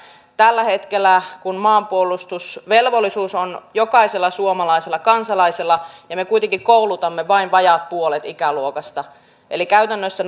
tällä hetkellä kun maanpuolustusvelvollisuus on jokaisella suomalaisella kansalaisella me kuitenkin koulutamme vain vajaat puolet ikäluokasta eli käytännössä